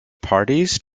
parties